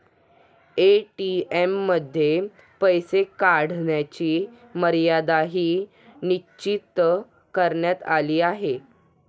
ATM मध्ये पैसे काढण्याची मर्यादाही निश्चित करण्यात आली आहे